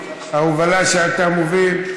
ההובלה שאתה מוביל,